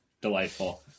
Delightful